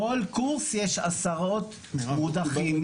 כל קורס יש עשרות מודחים.